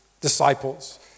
Disciples